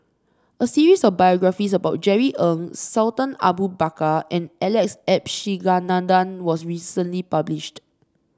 a series of biographies about Jerry Ng Sultan Abu Bakar and Alex Abisheganaden was recently published